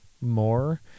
more